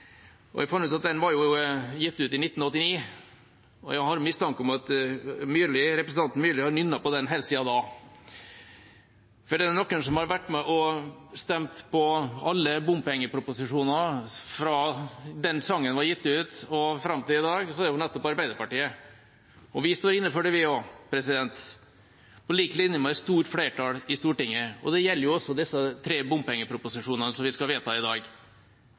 måtte jeg google litt nærmere. Jeg fant ut at sangen var gitt ut i 1989, og jeg har en mistanke om at representanten Myrli har nynnet på den helt siden da. For er det noen som har vært med og stemt på alle bompengeproposisjoner fra den sangen ble gitt ut, og fram til i dag, er det vel nettopp Arbeiderpartiet. Vi står inne for det, vi også, på lik linje med et stort flertall i Stortinget. Det gjelder også de tre bompengeproposisjonene som vi skal vedta i dag.